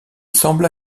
sembla